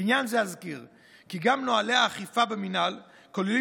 לעניין זה אזכיר כי גם נוהלי האכיפה במינהל כוללים